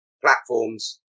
platforms